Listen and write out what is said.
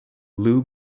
lou